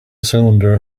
cylinder